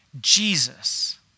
Jesus